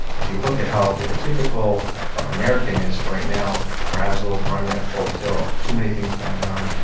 if you look at how the typical american is right now, frazzled, running at full tilt, too many things going on,